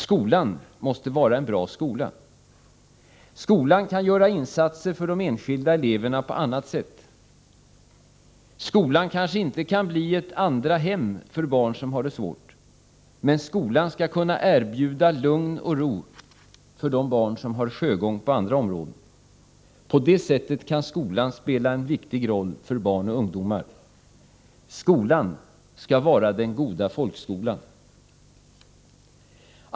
Skolan måste vara en bra skola. Skolan kan göra insatser för de enskilda eleverna på annat sätt. Skolan kanske inte kan bli ett andra hem för barn som har det svårt, men skolan skall kunna erbjuda lugn och ro för de barn som har sjögång på andra områden. På det sättet kan skolan spela en viktig roll för barn och ungdomar. Skolan skall vara den goda folkskolan.